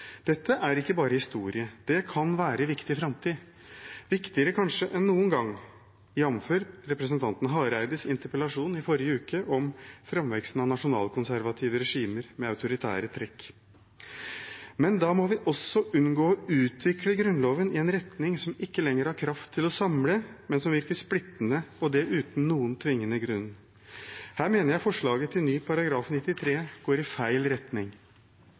Dette er ikke bare historie. Det kan være viktig i framtiden – kanskje viktigere enn noen gang, jamfør representanten Hareides interpellasjon i forrige uke om framveksten av nasjonalkonservative regimer med autoritære trekk. Men da må vi også unngå å utvikle Grunnloven i en retning som ikke lenger har kraft til å samle, men som virker splittende – og det uten noen tvingende grunn. Her mener jeg forslaget til ny § 93 går i feil retning.